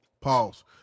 Pause